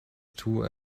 two